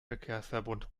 verkehrsverbund